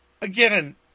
again